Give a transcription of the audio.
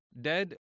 dead